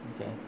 Okay